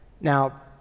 Now